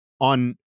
on